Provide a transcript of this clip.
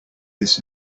this